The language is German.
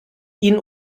ihnen